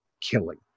killing